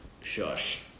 shush